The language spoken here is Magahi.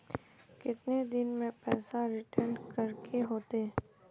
कितने दिन में पैसा रिटर्न करे के होते?